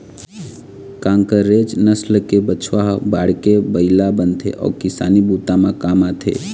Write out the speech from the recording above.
कांकरेज नसल के बछवा ह बाढ़के बइला बनथे अउ किसानी बूता म काम आथे